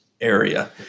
area